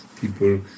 people